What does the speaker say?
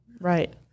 Right